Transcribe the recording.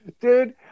dude